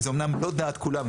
זה אמנם לא דעת כולם,